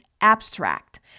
abstract –